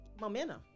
momentum